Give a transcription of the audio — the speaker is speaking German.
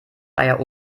eier